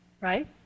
right